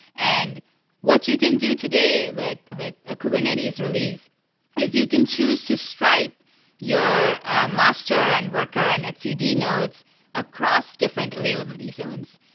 and what you can do today with with a kubernetes release is you can choose to stripe your master and worker and etcd nodes across different availability zones.